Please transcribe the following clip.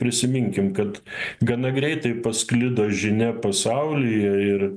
prisiminkim kad gana greitai pasklido žinia pasaulyje ir